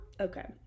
okay